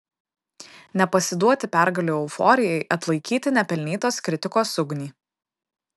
nepasiduoti pergalių euforijai atlaikyti nepelnytos kritikos ugnį